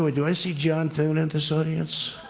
ah do i see john thune in this audience?